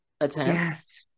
attempts